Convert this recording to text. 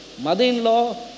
mother-in-law